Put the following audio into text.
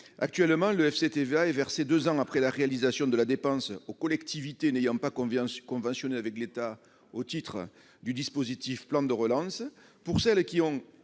Actuellement, le FCTVA est versé deux ans après la réalisation de la dépense aux collectivités territoriales n'ayant pas conventionné avec l'État au titre du plan de relance. Pour celles qui ont